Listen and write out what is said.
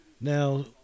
Now